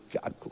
God